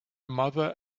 mother